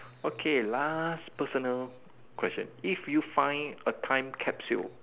okay last personal question if you find a time capsule